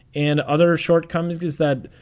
and other shortcomings is that,